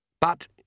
But